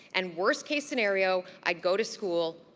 and worst case scenario, i'd go to school,